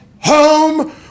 home